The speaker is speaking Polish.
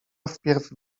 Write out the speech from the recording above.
wpierw